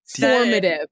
formative